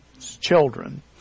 children